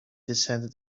descended